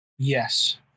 yes